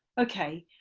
ok,